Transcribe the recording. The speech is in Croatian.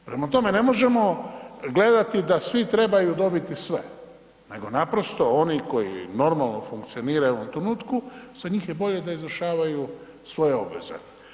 Prema tome, ne možemo gledati da svi trebaju dobiti sve, nego naprosto oni koji normalno funkcioniraju u ovom trenutku, za njih je bolje da izvršavaju svoje obveze.